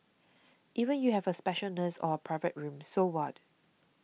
even if you have a special nurse or a private room so what